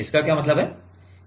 इसका क्या मतलब है